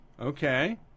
okay